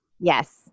yes